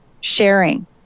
sharing